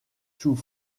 sous